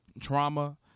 trauma